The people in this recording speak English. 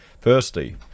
firstly